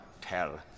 Tell